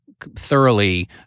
thoroughly